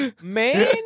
man